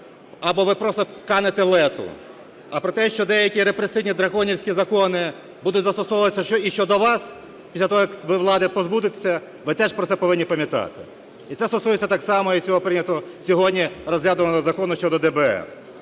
або ви просто канете в Лету. А про те, що деякі репресивні драконівські закони будуть застосовуватися і щодо вас після того, як ви влади позбудетеся, ви теж про це повинні пам'ятати. І це стосується так само і цього, прийнятого сьогодні, розглядуваного закону щодо ДБР.